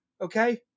Okay